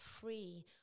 free